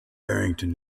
barrington